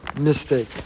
mistake